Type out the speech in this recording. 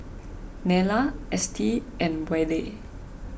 Nella Estie and Wade